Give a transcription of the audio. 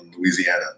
Louisiana